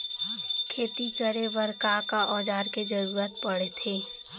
खेती करे बर का का औज़ार के जरूरत पढ़थे?